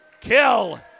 kill